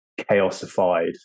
chaosified